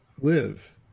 live